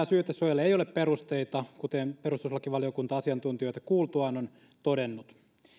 syytesuojalle ei ole perusteita kuten perustuslakivaliokunta asiantuntijoita kuultuaan on todennut